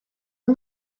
yng